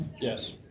Yes